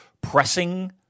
pressing